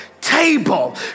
table